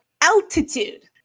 altitude